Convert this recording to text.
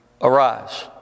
arise